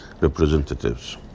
representatives